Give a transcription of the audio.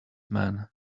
man